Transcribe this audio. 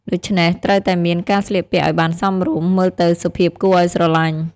ដូច្នេះត្រូវតែមានការស្លៀកពាក់ឲ្យបានសមរម្យ មើលទៅសុភាពគួរអោយស្រឡាញ់។